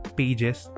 pages